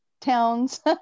towns